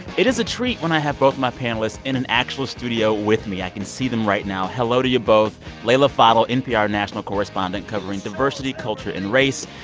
it is a treat when i have both my panelists in an actual studio with me. i can see them right now. hello to you both leila fadel, npr national correspondent covering diversity, culture and race,